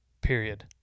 Period